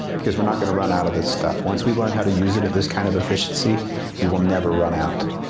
because we're not going to run out of this stuff. once we've learned how to use it at this kind of efficiency we will never run out.